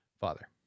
father